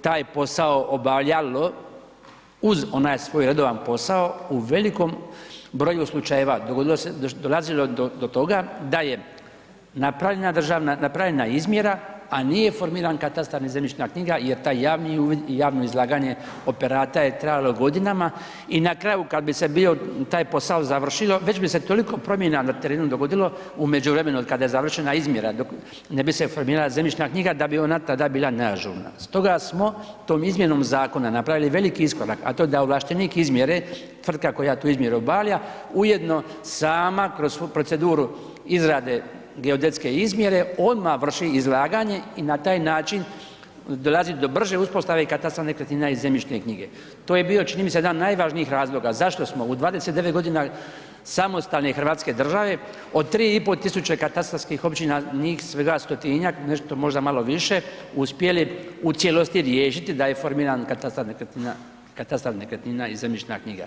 taj posao obavljalo uz onaj svoj redovan posao, u velikom broju slučajeva dolazilo je do to toga da je napravljena izmjera a nije formirana katastar ni zemljišna knjiga jer taj javni uvid i javno izlaganje operata je trajalo godinama i na kraju kad bi se bio taj posao završilo, već bi s toliko promjena na terenu dogodilo u međuvremenu od kada je završena izmjera do ne bi se formirala zemljišna knjiga da bi ona tada bila neažurna stoga smo tom izmjenom zakona napravili veliki iskorak a to da je da ovlaštenik izmjere, tvrtka koja tu izmjeru obavlja, ujedno sama kroz svu proceduru izrade geodetske izmjere, odmah vrši izlaganje i na taj način dolazi do brže uspostave katastra, nekretnina i zemljišne knjige, to je bio čini mi se, jedan od najvažniji razloga zašto smo u 29 g. samostalne hrvatske države od 3500 katastarskih općina njih svega stotinjak, nešto možda malo više, uspjeli u cijelosti riješiti da je formiran katastar nekretnina i zemljišna knjiga.